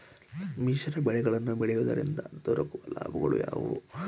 ಮಿಶ್ರ ಬೆಳೆಗಳನ್ನು ಬೆಳೆಯುವುದರಿಂದ ದೊರಕುವ ಲಾಭಗಳು ಯಾವುವು?